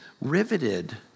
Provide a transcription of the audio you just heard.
riveted